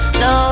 no